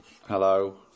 Hello